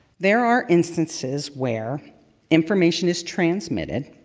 there are instances where information is transmitted,